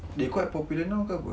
they quite popular now ke apa